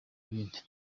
ibindi